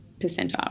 percentile